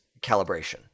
calibration